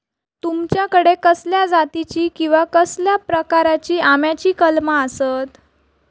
तुमच्याकडे कसल्या जातीची किवा कसल्या प्रकाराची आम्याची कलमा आसत?